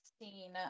seen